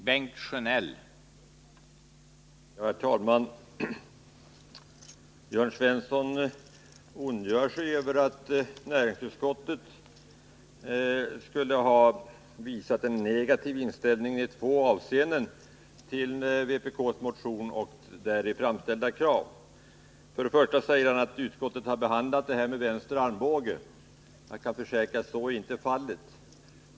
Herr talman! Jörn Svensson ondgör sig över att näringsutskottet skulle ha visat en negativ inställning i två avseenden till vpk:s motion och däri framställda krav. För det första säger han att utskottet har behandlat motionen med vänster armbåge. Jag kan försäkra att så inte är fallet.